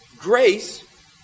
grace